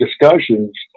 discussions